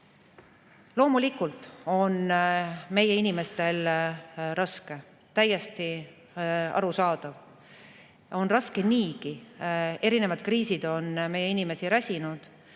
Loomulikult on meie inimestel raske. Täiesti arusaadav. Niigi on raske. Erinevad kriisid on meie inimesi räsinud.